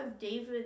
David